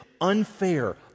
Unfair